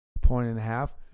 point-and-a-half